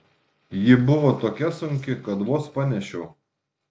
ji buvo tokia sunki kad vos panešiau